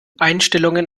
einstellungen